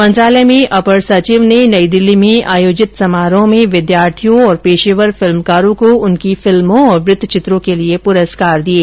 मंत्रालय में अपर सचिव रवि अग्रवाल ने नई दिल्ली में आयोजित समारोह में विद्यार्थियों और पेशेवर फिल्मकारों को उनकी फिल्मों और वृत्तवित्रों के लिए पुरस्कार दिये